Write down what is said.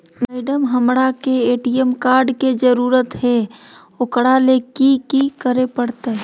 Madam, हमरा के ATM card के जरूरत है ऊकरा ले की की करे परते?